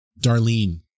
Darlene